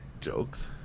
jokes